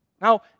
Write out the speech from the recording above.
Now